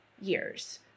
years